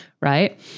right